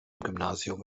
gymnasium